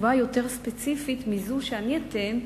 תשובה יותר ספציפית מזו שאני אתן,